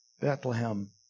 Bethlehem